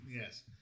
Yes